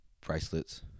Bracelets